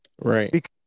right